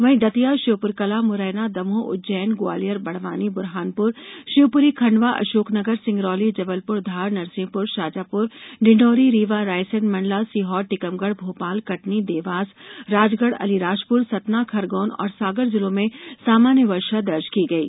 वहीं दतिया श्योपुरकलां मुरैना दमोह उज्जैन ग्वालियर बडवानी ब्रहानप्र शिवप्री खण्डवा अशोकनगर सिंगरौली जबलप्र धार नरसिंहपुर शाजापुर डिण्डौरी रीवा रायसेन मण्डला सीहोर टीकमगढ़ भोपाल कटनी देवास राजगढ़ अलीराजपुर सतना खरगोन और सागर जिलों में सामान्य बर्षा दर्ज की गयी